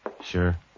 Sure